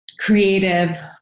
creative